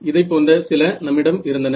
இதைப்போன்ற சில நம்மிடம் இருந்தன